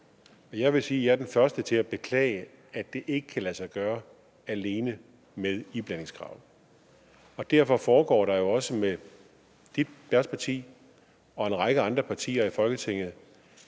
Jeg vil sige, at jeg er den første til at beklage, at det ikke kan lade sig gøre alene med iblandingskravet, og derfor afsøges det jo også med spørgerens parti og en række andre partier i Folketinget,